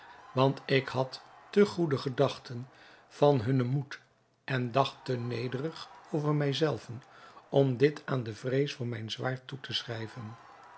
want ik had te goede gedachten van hunnen moed en dacht te nederig over mij zelven om dit aan de vrees voor mijn zwaard toe te schrijven